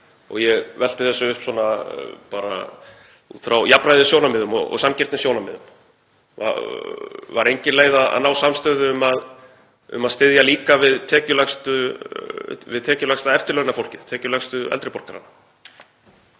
Ég velti þessu upp svona bara út frá jafnræðissjónarmiðum og sanngirnissjónarmiðum. Var engin leið að ná samstöðu um að styðja við tekjulægsta eftirlaunafólkið, tekjulægstu eldri borgarana?